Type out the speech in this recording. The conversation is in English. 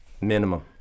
minimum